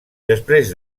després